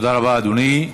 תודה רבה, אדוני.